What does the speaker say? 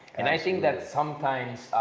and i think that sometimes